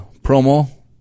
promo